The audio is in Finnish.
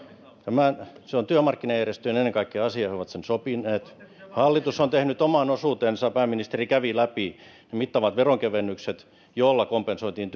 se on ennen kaikkea työmarkkinajärjestöjen asia he ovat sen sopineet hallitus on tehnyt oman osuutensa pääministeri kävi läpi mittavat veronkevennykset joilla kompensoitiin